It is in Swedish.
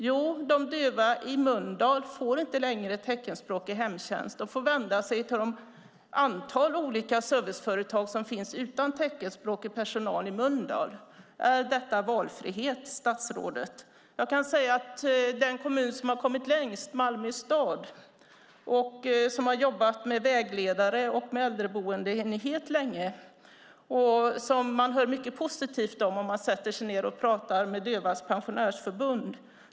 Jo, de döva i Mölndal får inte längre teckenspråkig hemtjänst. De får vända sig till ett antal olika serviceföretag som finns utan teckenspråkig personal i Mölndal. Är detta valfrihet, statsrådet? Den kommun som har kommit längst är Malmö stad som länge har jobbat med vägledare och äldreboende. Man hör mycket positivt om det om man sätter sig ned och talar med Sveriges Dövas Pensionärsförbund.